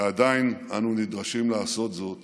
ועדיין אנו נדרשים לעשות זאת